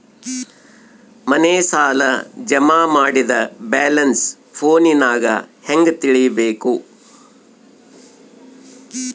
ಮನೆ ಸಾಲ ಜಮಾ ಮಾಡಿದ ಬ್ಯಾಲೆನ್ಸ್ ಫೋನಿನಾಗ ಹೆಂಗ ತಿಳೇಬೇಕು?